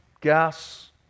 gas